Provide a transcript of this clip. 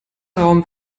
raum